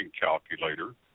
calculator